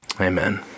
Amen